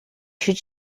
should